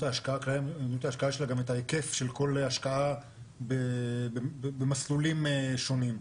ההשקעה שלה גם את ההיקף של כל השקעה במסלולים שונים.